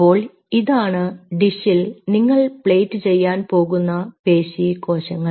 അപ്പോൾ ഇതാണ് ഡിഷിൽ നിങ്ങൾ പ്ലേറ്റ് ചെയ്യാൻ പോകുന്ന പേശി കോശങ്ങൾ